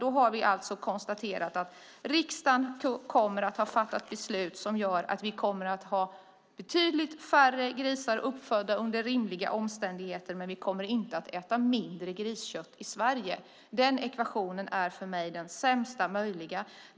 Då - har vi konstaterat - kommer riksdagen att ha fattat ett beslut som gör att vi kommer att ha betydligt färre grisar uppfödda under rimliga omständigheter. Men vi kommer inte att äta mindre griskött i Sverige. Den ekvationen är för mig den sämsta möjliga.